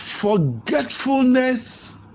Forgetfulness